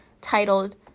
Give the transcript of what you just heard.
titled